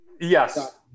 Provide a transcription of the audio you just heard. Yes